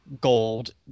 gold